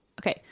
okay